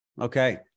Okay